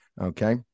okay